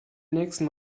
nächsten